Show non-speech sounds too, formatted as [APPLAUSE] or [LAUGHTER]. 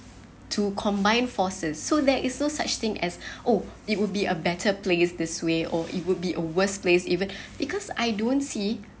to combine forces so there is no such thing as [BREATH] oh it would be a better place this way or it would be a worse place even [BREATH] because I don't see